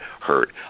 hurt